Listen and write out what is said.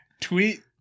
tweet